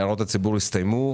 הערות הציבור הסתיימו.